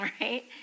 right